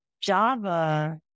Java